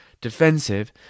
defensive